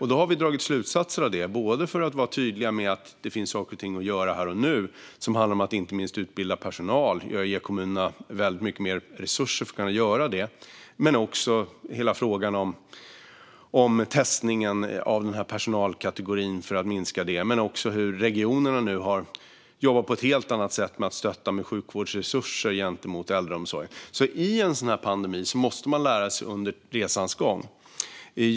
Vi har dragit slutsatser av detta för att vara tydliga med att det finns saker och ting att göra här och nu, inte minst att utbilda personal och ge kommunerna mer resurser. Sedan finns också frågan av testningen av hela personalkategorin. Vidare jobbar regionerna nu på ett helt annat sätt för att stötta med sjukvårdsresurser gentemot äldreomsorgen. I en pandemi måste man lära sig under resans gång.